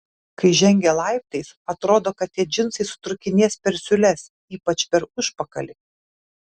kai žengia laiptais atrodo kad tie džinsai sutrūkinės per siūles ypač per užpakalį